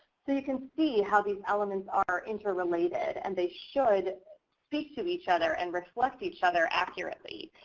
so you can see how these elements are interrelated and they should speak to each other and reflect each other accurately.